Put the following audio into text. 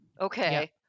Okay